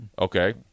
Okay